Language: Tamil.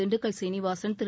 திண்டுக்கல் சீனிவாசன் திரு